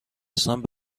هستند